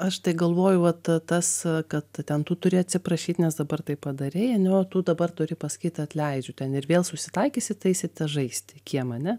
aš galvoju va ta tas kad ten tu turi atsiprašyt nes dabar taip padarei ane o tu dabar turi pasakyt atleidžiu ten ir vėl susitaikysit eisite žaisti į kiemą ane